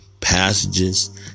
passages